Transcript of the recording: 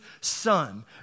son